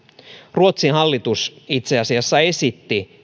ruotsin hallitus itse asiassa esitti